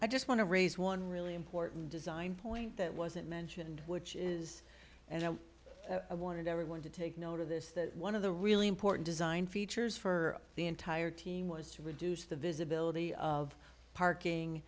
i just want to raise one really important design point that wasn't mentioned which is and i wanted everyone to take note of this that one of the really important design features for the entire team was to reduce the visibility of parking